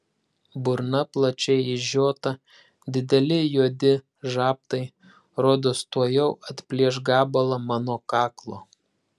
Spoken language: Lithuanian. burna plačiai išžiota dideli juodi žabtai rodos tuojau atplėš gabalą mano kaklo